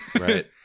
Right